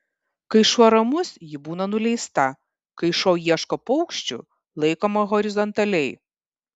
kai šuo ramus ji būna nuleista kai šuo ieško paukščių laikoma horizontaliai